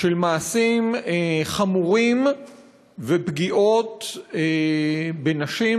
מעשים חמורים ופגיעות בנשים,